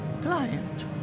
client